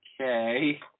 okay